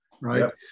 Right